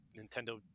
Nintendo